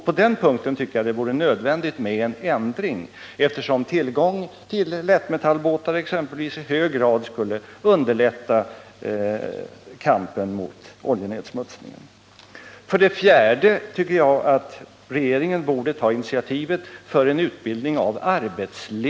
På den punkten tycker jag det vore nödvändigt med en ändring, eftersom tillgång till lättmetallbåtar exempelvis i hög grad skulle underlätta kampen mot oljenedsmutsningen. För det fjärde tycker jag att regeringen borde ta initiativet till en utbildning av arbetsledare på detta område.